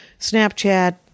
Snapchat